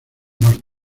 norte